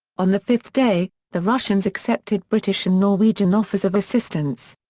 on the fifth day, the russians accepted british and norwegian offers of assistance.